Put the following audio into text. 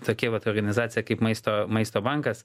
tokia vat organizacija kaip maisto maisto bankas